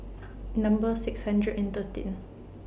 Number six hundred and thirteen